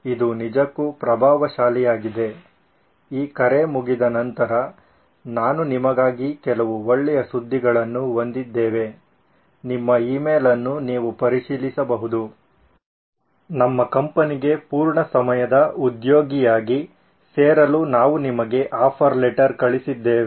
ಇದು ನಿಜಕ್ಕೂ ಪ್ರಭಾವಶಾಲಿಯಾಗಿದೆ ಈ ಕರೆ ಮುಗಿದ ನಂತರ ನಾನು ನಿಮಗಾಗಿ ಕೆಲವು ಒಳ್ಳೆಯ ಸುದ್ದಿಗಳನ್ನು ಹೊಂದಿದ್ದೇವೆ ನಿಮ್ಮ ಇಮೇಲ್ ಅನ್ನು ನೀವು ಪರಿಶೀಲಿಸಬಹುದು ನಮ್ಮ ಕಂಪನಿಗೆ ಪೂರ್ಣ ಸಮಯದ ಉದ್ಯೋಗಿಯಾಗಿ ಸೇರಲು ನಾವು ನಿಮಗೆ ಆಫರ್ ಲೆಟರ್ ಕಳುಹಿಸಿದ್ದೇವೆ